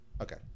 Okay